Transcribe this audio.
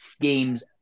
games